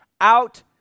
out